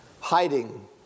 hiding